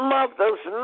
Mother's